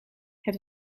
het